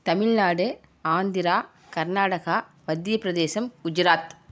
Tamil Nadu Andhra Karnataka Madhya Pradesh Gujarat